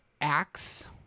acts